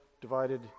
divided